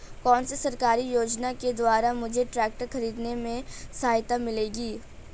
कौनसी सरकारी योजना के द्वारा मुझे ट्रैक्टर खरीदने में सहायता मिलेगी?